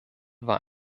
war